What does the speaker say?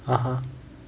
(uh huh)